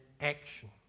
action